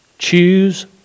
Choose